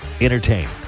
entertain